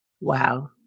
Wow